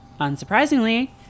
unsurprisingly